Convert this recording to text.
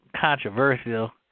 controversial